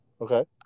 Okay